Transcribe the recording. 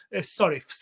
sorry